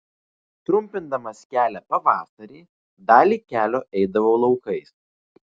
trumpindamas kelią pavasarį dalį kelio eidavau laukais